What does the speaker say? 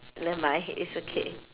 never mind it's okay